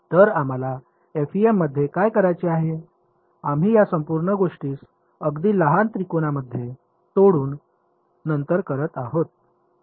तर आम्हाला एफईएममध्ये काय करायचे आहे आम्ही या संपूर्ण गोष्टीस अगदी लहान त्रिकोणांमध्ये तोडून नंतर करत आहोत